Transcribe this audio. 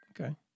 Okay